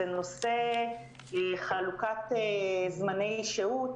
זה נושא חלוקת זמני שהות,